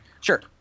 Sure